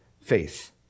faith